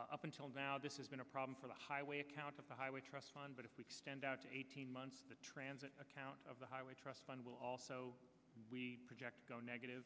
eleven up until now this has been a problem for the highway account of the highway trust fund but if we stand out eighteen months the transit account of the highway trust fund will also we project go negative